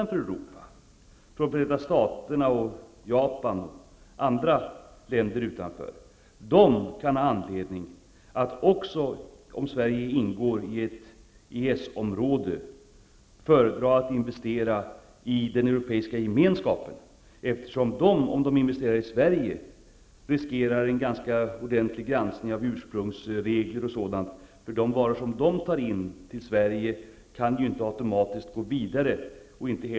Förenta Staterna och Japan -- kan om Sverige ingår i ett EES-område föredra att investera i den europeiska gemenskapen. Om de investerar i Sverige riskerar de nämligen en ganska ordentlig granskning av bl.a. urspungsregler. De varor som de tar in till Sverige kan inte automatiskt gå vidare.